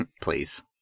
Please